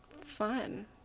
Fun